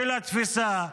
של התפיסה.